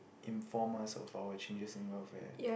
informal of four changes in welfare